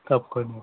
కక్కొని